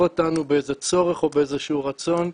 אותנו באיזה צורך או באיזה שהוא רצון,